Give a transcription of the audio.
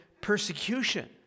persecution